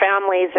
families